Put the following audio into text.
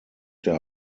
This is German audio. der